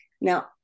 now